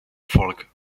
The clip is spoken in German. folk